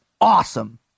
Awesome